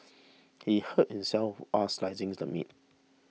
he hurt himself slicing the meat